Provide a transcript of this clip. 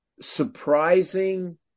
surprising